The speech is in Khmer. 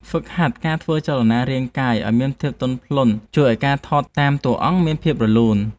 ហ្វឹកហាត់ការធ្វើចលនារាងកាយឱ្យមានភាពទន់ភ្លន់ជួយឱ្យការថតតាមតួអង្គមានភាពរលូន។